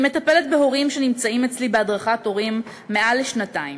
אני מטפלת בהורים שנמצאים אצלי בהדרכת הורים מעל לשנתיים.